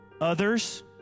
others